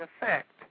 effect